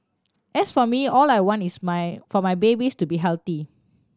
as for me all I want is my for my babies to be healthy